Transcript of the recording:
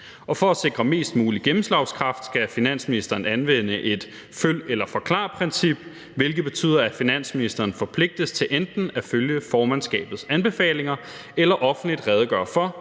for at sikre mest mulig gennemslagskraft skal finansministeren anvende et følg eller forklar-princip, hvilket betyder, at finansministeren forpligtes til enten at følge formandskabets anbefalinger, eller offentligt redegøre for,